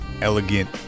elegant